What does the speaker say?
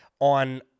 on